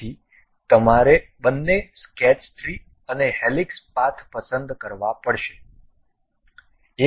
તેથી તમારે બંને સ્કેચ 3 અને હેલિક્સ પાથ પસંદ કરવા પડશે